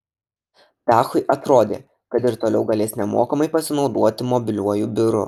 dachui atrodė kad ir toliau galės nemokamai pasinaudoti mobiliuoju biuru